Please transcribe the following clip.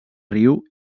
riu